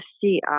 see